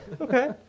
Okay